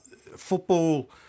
football